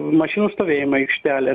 mašinų stovėjimo aikštelės